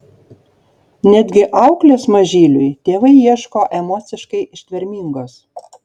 netgi auklės mažyliui tėvai ieško emociškai ištvermingos